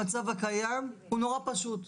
המצב הקיים הוא פשוט מאוד.